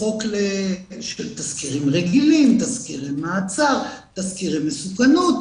תזכירים רגילים, תזכירי מעצר, תזכירי מסוכנות,